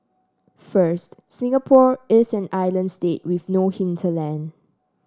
first Singapore is an island state with no hinterland